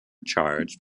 charged